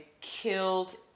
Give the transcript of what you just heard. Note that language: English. killed